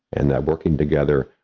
and that working together,